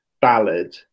ballad